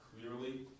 clearly